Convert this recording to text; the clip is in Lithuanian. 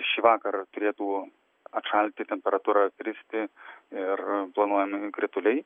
šį vakarą turėtų atšalti temperatūra kristi ir planuojami krituliai